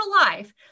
life